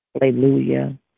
Hallelujah